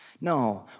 No